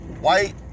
White